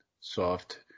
soft